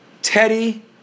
Teddy